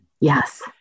Yes